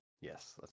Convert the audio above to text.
yes